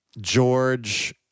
George